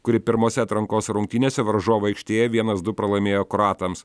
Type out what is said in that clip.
kuri pirmose atrankos rungtynėse varžovų aikštėje vienas du pralaimėjo kroatams